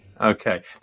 Okay